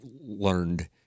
learned